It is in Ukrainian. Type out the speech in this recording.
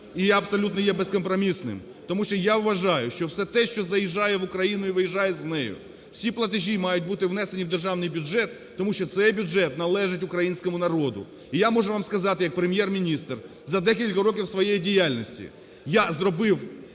і я абсолютно є безкомпромісним, тому що я вважаю, що все те, що заїжджає в Україну і виїжджає з неї, всі платежі мають бути внесені в державних бюджет, тому що цей бюджет належить українському народу. І я можу вам сказати як Прем’єр-міністр: за декілька років своєї діяльності я зробив